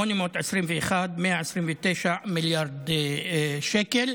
7.821,129 מיליארד שקל.